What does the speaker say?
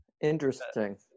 interesting